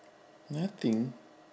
nothing